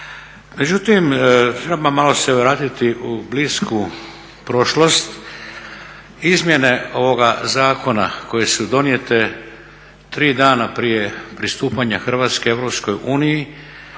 Međutim, … malo se vratiti u blisku prošlost. Izmjene ovoga zakona koje su donijete tri dana prije pristupanja Hrvatske do